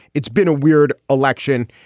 it's been a weird election.